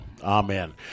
Amen